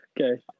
Okay